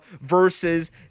versus